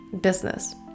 business